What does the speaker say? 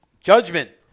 judgment